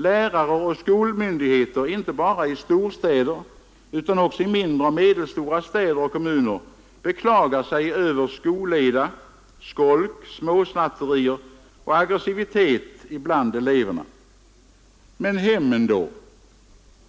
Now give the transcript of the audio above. Lärare och skolmyndigheter, inte bara i storstäderna utan också i mindre och medelstora städer och kommuner, beklagar sig över skolleda, skolk, småsnatterier och aggressivitet bland eleverna. Men hemmen då?